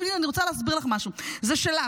גב' פנינה, אני רוצה להסביר לך משהו: זה שלך.